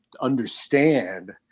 understand